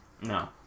No